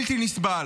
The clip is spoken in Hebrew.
בלתי נסבל.